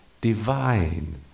divine